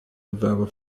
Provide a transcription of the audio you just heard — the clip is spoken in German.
bewerber